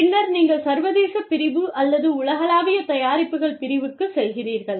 பின்னர் நீங்கள் சர்வதேச பிரிவு அல்லது உலகளாவிய தயாரிப்புகள் பிரிவுக்கு செல்கிறீர்கள்